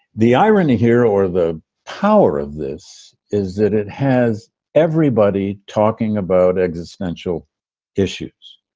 the irony here or the power of this is that it has everybody talking about existential issues,